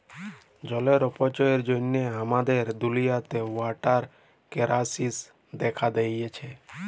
জলের অপচয়ের জ্যনহে আমাদের দুলিয়াতে ওয়াটার কেরাইসিস্ দ্যাখা দিঁয়েছে